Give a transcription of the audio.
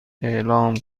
اعلام